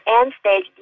end-stage